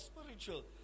spiritual